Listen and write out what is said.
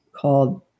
called